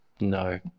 No